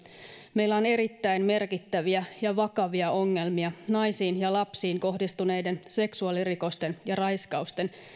meillä on erittäin merkittäviä ja vakavia ongelmia naisiin ja lapsiin kohdistuneiden seksuaalirikosten ja raiskausten